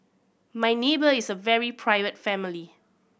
my neighbour is a very private family